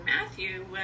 matthew